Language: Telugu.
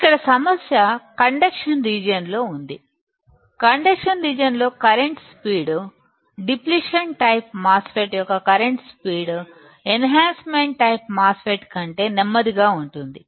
ఇక్కడ సమస్య కండక్షన్ రీజియన్లో ఉంది కండక్షన్ రీజియన్లో current speed depletion type MOSFET యొక్క current speed enhancement type MOSFET కంటే నెమ్మదిగా ఉంటుంది